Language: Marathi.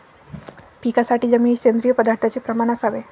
पिकासाठी जमिनीत सेंद्रिय पदार्थाचे प्रमाण असावे